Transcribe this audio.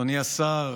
אדוני השר,